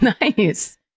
nice